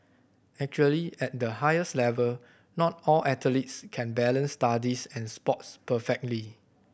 actually at the highest level not all athletes can balance studies and sports perfectly